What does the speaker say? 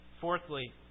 Fourthly